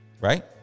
Right